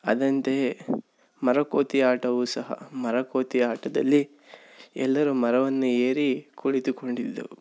ಅದಂತೆಯೇ ಮರಕೋತಿ ಆಟವು ಸಹ ಮರಕೋತಿ ಆಟದಲ್ಲಿ ಎಲ್ಲರೂ ಮರವನ್ನು ಏರಿ ಕುಳಿತು ಕೊಂಡಿದ್ದೆವು